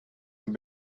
have